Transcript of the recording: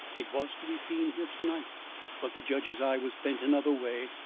it was to be seen here to-night but the judge's eye was bent another way,